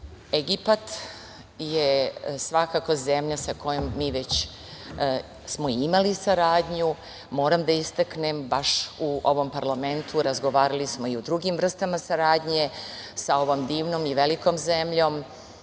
Egipat je svakako zemlja sa kojom smo mi već imali saradnju. Moram da istaknem, baš u ovom parlamentu, razgovarali smo i o drugim vrstama saradnje, sa ovom divnom i velikom zemljom. Moram